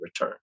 return